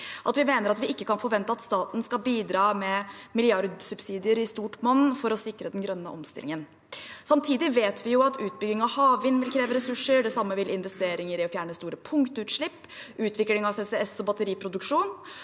at vi mener at vi ikke kan forvente at staten skal bidra med milliardsubsidier i stort monn for å sikre den grønne omstillingen. Samtidig vet vi at utbygging av havvind vil kreve ressurser, og det samme vil investeringer i å fjerne store punktutslipp, utvikling av CCS og batteriproduksjon.